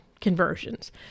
conversions